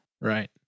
Right